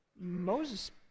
Moses